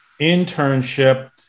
internship